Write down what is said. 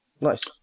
nice